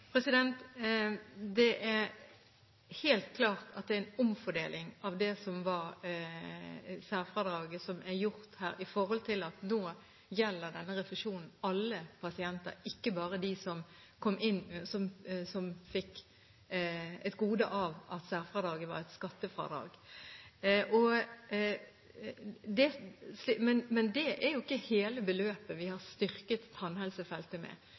Det er helt klart at det som er gjort her, er en omfordeling av det som var særfradraget. Nå gjelder denne refusjonen alle pasienter, ikke bare de som fikk et gode av at særfradraget var et skattefradrag. Men det er jo ikke hele beløpet vi har styrket tannhelsefeltet med.